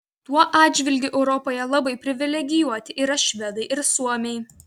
tuo atžvilgiu europoje labai privilegijuoti yra švedai ir suomiai